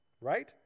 Right